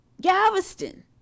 Galveston